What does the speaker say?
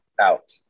out